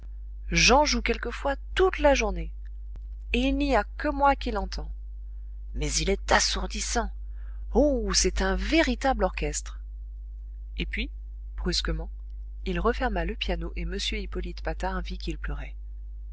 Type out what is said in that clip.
j'en joue quelquefois toute la journée et il n'a que moi qui l'entends mais il est assourdissant oh c'est un véritable orchestre et puis brusquement il referma le piano et m hippolyte patard vit qu'il pleurait